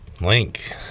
link